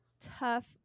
tough